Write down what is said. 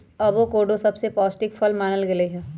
avocado सबसे पौष्टिक फल मानल गेलई ह